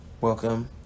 Welcome